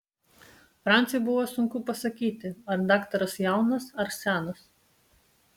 franciui buvo sunku pasakyti ar daktaras jaunas ar senas